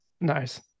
Nice